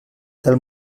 del